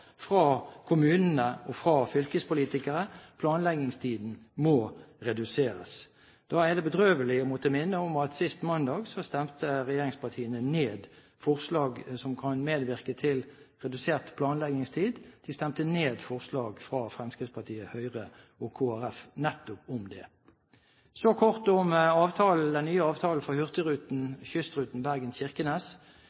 fra kommunene og fra fylkespolitikere; planleggingstiden må reduseres. Da er det bedrøvelig å måtte minne om at sist mandag stemte regjeringspartiene ned forslag som kan medvirke til redusert planleggingstid. De stemte ned forslag fra Fremskrittspartiet, Høyre og Kristelig Folkeparti nettopp om det. Så kort om den nye avtalen for Hurtigruten,